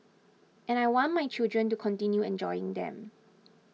and I want my children to continue enjoying them